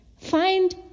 find